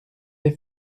les